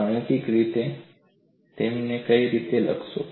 ગાણિતિક રીતે તમે તેને કેવી રીતે લખો છો